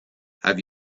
have